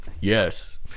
Yes